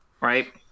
right